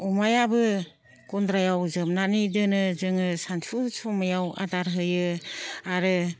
अमायाबो गन्द्रायाव जोबनानै दोनो जोङो सानसु समयाव आदार होयो आरो